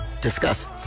Discuss